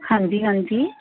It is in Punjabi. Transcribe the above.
ਹਾਂਜੀ ਹਾਂਜੀ